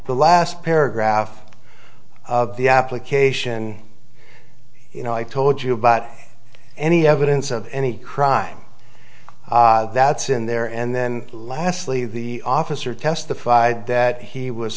the last paragraph of the application you know i told you about any evidence of any crime that's in there and then lastly the officer testified that he was